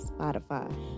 Spotify